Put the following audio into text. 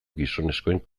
gizonezkoen